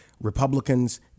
Republicans